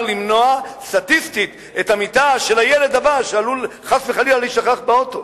למנוע סטטיסטית את המיתה של הילד הבא שעלול חס וחלילה להישכח באוטו.